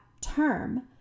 term